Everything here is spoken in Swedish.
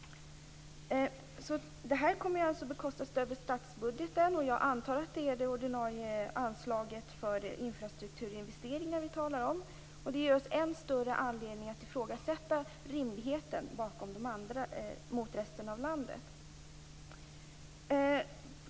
Detta kommer att bekostas över statsbudgeten. Jag antar att det är det ordinarie anslaget för infrastrukturinvesteringar vi talar om. Det är just än större anledning att ifrågasätta rimligheten mot resten av landet.